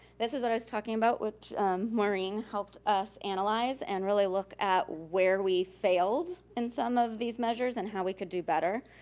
this is what i was talking about, which maureen helped us analyze and really look at where we failed in some of these measures and how we could do better.